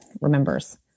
remembers